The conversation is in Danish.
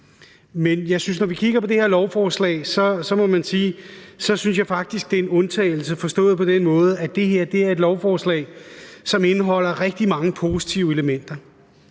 ikke er sandt, men når vi kigger på det her lovforslag, må man sige, at jeg faktisk synes, det er en undtagelse, og det skal forstås på den måde, at det her er et lovforslag, som indeholder rigtig mange positive elementer.